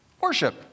Worship